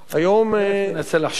בוא תנסה לחשוב.